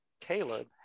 Caleb